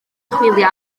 chwilio